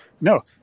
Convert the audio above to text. no